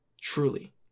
Truly